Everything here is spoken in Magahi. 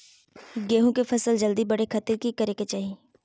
गेहूं के फसल जल्दी बड़े खातिर की करे के चाही?